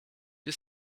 die